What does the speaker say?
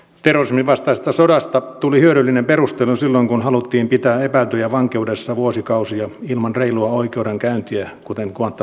terrorismin vastaisesta sodasta tuli hyödyllinen perustelu silloin kun haluttiin pitää epäiltyjä vankeudessa vuosikausia ilman reilua oikeudenkäyntiä kuten guantanamossa